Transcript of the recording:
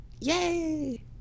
Yay